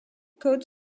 code